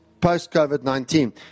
post-COVID-19